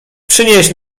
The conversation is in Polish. przynieś